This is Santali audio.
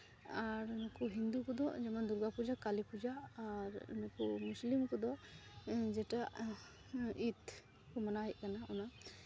ᱟᱨ ᱱᱩᱠᱩ ᱦᱤᱱᱫᱩ ᱠᱚᱫᱚ ᱡᱮᱢᱚᱱ ᱫᱩᱨᱜᱟᱹ ᱯᱩᱡᱟᱹ ᱠᱟᱹᱞᱤ ᱯᱩᱡᱟᱹ ᱟᱨ ᱱᱩᱠᱩ ᱢᱩᱥᱞᱤᱢ ᱠᱚᱫᱚ ᱡᱮᱴᱟ ᱤᱫ ᱠᱚ ᱢᱟᱱᱟᱣᱮᱫ ᱠᱟᱱᱟ ᱚᱱᱟ